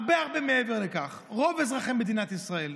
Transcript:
הרבה הרבה מעבר לכך: רוב אזרחי מדינת ישראל,